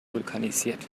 vulkanisiert